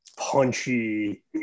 punchy